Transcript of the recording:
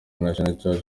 international